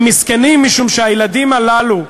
הם מסכנים משום שהילדים הללו,